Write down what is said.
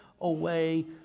away